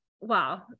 wow